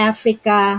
Africa